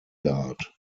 guard